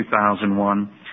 2001